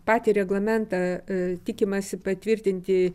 patį reglamentą tikimasi patvirtinti